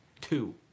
two